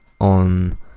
on